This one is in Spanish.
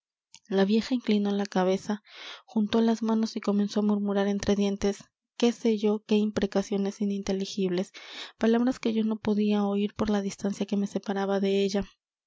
la vieja inclinó la cabeza juntó las manos y comenzó á murmurar entre dientes qué sé yo qué imprecaciones ininteligibles palabras que yo no podía oir por la distancia que me separaba de ella